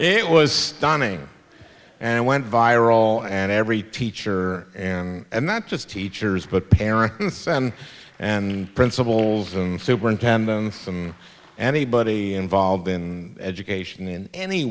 it was stunning and went viral and every teacher and not just teachers but parents and principals and superintendents some anybody involved in education